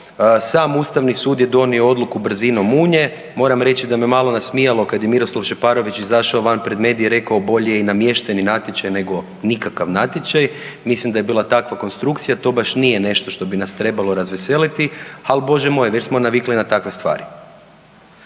sam Ustavni sud je donio odluku brzinom munje, moram reći da me malo nasmijalo kad je Miroslav Šeparović izašao van pred medije i rekao bolje i namješteni natječaj nego nikakav natječaj, mislim da je bila takva konstrukcija. To baš nije nešto što bi nas trebalo razveseliti, ali Bože moj već smo navikli na takve stvari.